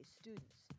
students